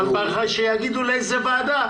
אבל שיאמרו לאיזו ועדה,